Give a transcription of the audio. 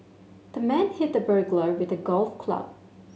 the man hit the burglar with the golf club